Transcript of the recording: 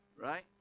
Right